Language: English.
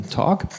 talk